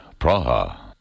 Praha